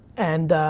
and.